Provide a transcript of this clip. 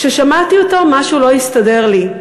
כששמעתי אותו, משהו לא הסתדר לי.